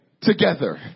together